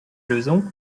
lösung